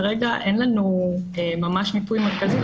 כרגע אין לנו ממש מיפוי מרכזי,